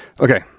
Okay